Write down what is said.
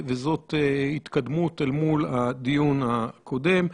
וזאת התקדמות אל מול הדיון הקודם.